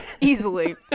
Easily